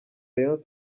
rayon